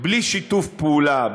בלי שיתוף פעולה,